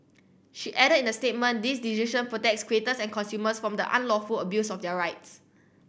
she added in a statement this decision protects creators and consumers from the unlawful abuse of their rights